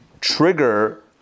trigger